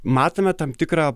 matome tam tikrą